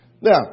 Now